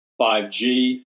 5G